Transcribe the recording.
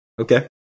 Okay